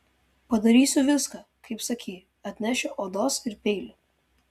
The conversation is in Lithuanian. padarysiu viską kaip sakei atnešiu odos ir peilį